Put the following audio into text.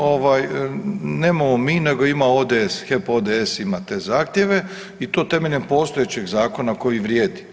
Ovaj nemamo mi nego ima ODS, HEP ODS ima te zahtjeve i to temeljem postojećeg zakona koji vrijedi.